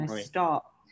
stop